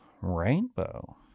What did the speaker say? Rainbow